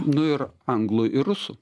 nu ir anglų ir rusų